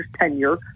tenure